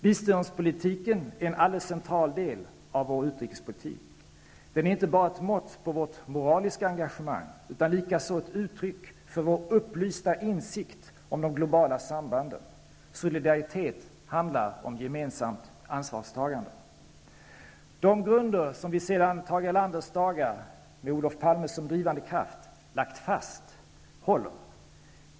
Biståndspolitiken är en alldeles central del av vår utrikespolitik. Den är inte bara ett mått på vårt moraliska engagemang utan också ett uttryck för vår upplysta insikt om de globala sambanden. Solidaritet handlar om gemensamt ansvarstagande. De grunder som vi sedan Tage Erlanders dagar, med Olof Palme som drivande kraft, lagt fast håller.